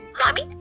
mommy